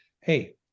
Hey